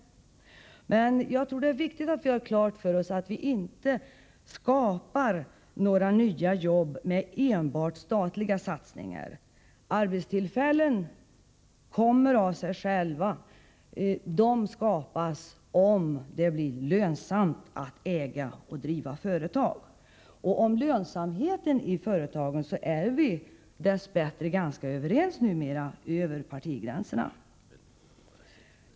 Men jag tror det är viktigt att vi gör klart för oss att vi inte skapar några nya jobb med enbart statliga satsningar. Arbetstillfällen kommer av sig själva — de skapas om det blir lönsamt att äga och driva företag. Om lönsamheten i företagen är vi dess bättre numera ganska överens över partigränserna.